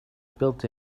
built